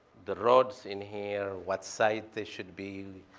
the roads in here, what site they should be,